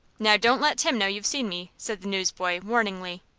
now, don't let tim know you've seen me, said the newsboy, warningly.